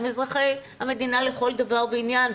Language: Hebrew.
הם אזרחי המדינה לכל דבר ועניין.